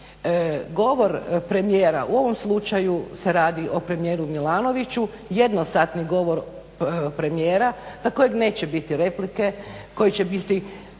govor premijera u ovom slučaju se radi o premijeru Milanoviću jednosatni govor premijera na kojeg neće biti replike, koji će biti